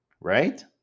right